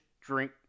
Drink